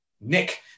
Nick